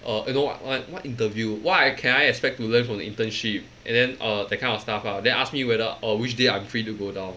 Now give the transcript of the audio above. err you know what interview what I can I expect to learn from the internship and then uh that kind of stuff lah then ask me whether uh which day I'm free to go down